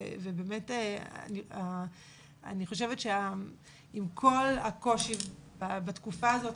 אני חושבת שעם כל הקושי בתקופה הזאת,